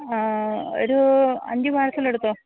ഒരു അഞ്ച് പാർസൽ എടുത്തോ